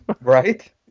Right